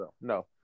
No